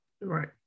Right